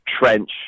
trench